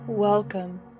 Welcome